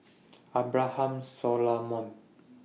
Abraham Solomon